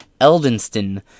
Eldenston